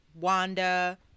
Wanda